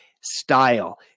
style